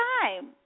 time